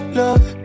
love